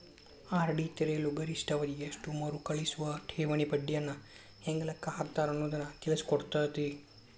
RD ತೆರೆಯಲು ಗರಿಷ್ಠ ಅವಧಿ ಎಷ್ಟು ಮರುಕಳಿಸುವ ಠೇವಣಿ ಬಡ್ಡಿಯನ್ನ ಹೆಂಗ ಲೆಕ್ಕ ಹಾಕ್ತಾರ ಅನ್ನುದನ್ನ ತಿಳಿಸಿಕೊಡ್ತತಿ